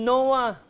Noah